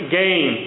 gain